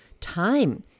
time